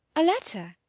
a letter?